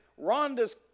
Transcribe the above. Rhonda's